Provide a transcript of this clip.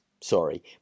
sorry